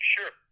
Sure